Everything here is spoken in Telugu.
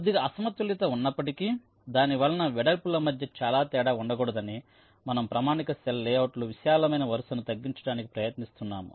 కొద్దిగా అసమతుల్యత ఉన్నప్పటికీ దాని వలన వెడల్పుల మధ్య చాలా తేడా ఉండకూడదని మనము ప్రామాణిక సెల్ లేఅవుట్లో విశాలమైన వరుసను తగ్గించడానికి ప్రయత్నిస్తున్నాము